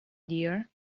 dear